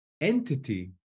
entity